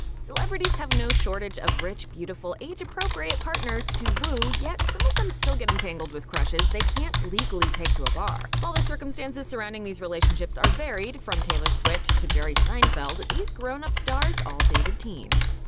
celebrities have no shortage of rich, beautiful, age-appropriate partners to woo, yet some of them still get entangled with crushes they can't legally take to a bar. while the circumstances surrounding these relationships are varied, from taylor swift to jerry seinfeld, these grown-up stars all dated teens.